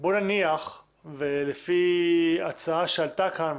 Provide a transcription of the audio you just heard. בוא נניח ולפי ההצעה שעלתה כאן,